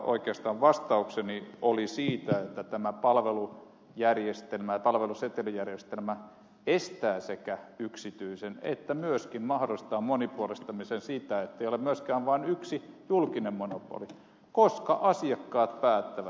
oikeastaan vastaukseni siihen oli että tämä palvelusetelijärjestelmä sekä estää yksityisen monopoliasetelman että myöskin mahdollistaa monipuolistamisen niin että ei ole myöskään vain yksi julkinen monopoli koska asiakkaat päättävät